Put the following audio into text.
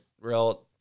real